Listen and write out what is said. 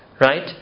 right